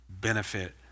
benefit